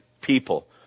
people